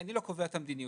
אני לא קובע את המדיניות.